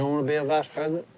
don't wanna be a vice and